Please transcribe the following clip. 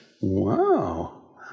Wow